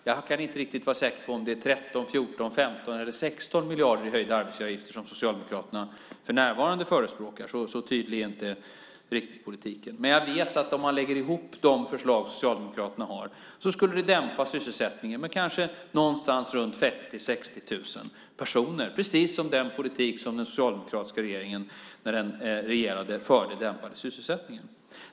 Jag är inte säker på om det handlar om 13, 14, 15 eller 16 miljarder i höjda arbetsgivaravgifter som Socialdemokraterna för närvarande förespråkar. Så tydlig är inte politiken. Men jag vet att om man lägger ihop de förslag som Socialdemokraterna har skulle det dämpa sysselsättningen med mellan 30 000 och 60 000 personer, precis som den politik som den socialdemokratiska regeringen förde dämpade sysselsättningen.